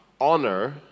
honor